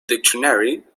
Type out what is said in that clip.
dictionary